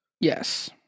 Yes